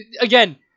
again